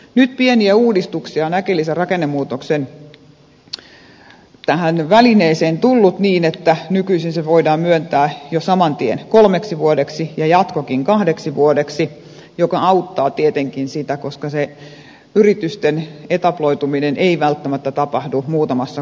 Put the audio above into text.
nyt pieniä uudistuksia on äkillisen rakennemuutoksen välineeseen tullut niin että nykyisin tuki voidaan myöntää jo saman tien kolmeksi vuodeksi ja jatkokin kahdeksi vuodeksi mikä auttaa tietenkin siinä koska se yritysten etabloituminen ei välttämättä tapahdu muutamassa kuukaudessa